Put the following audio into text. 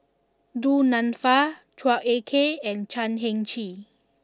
Du Nanfa Chua Ek Kay and Chan Heng Chee